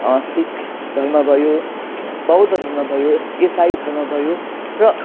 सिख धर्म भयो बौद्ध धर्म भयो इसाई धर्म भयो र